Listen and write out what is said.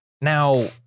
Now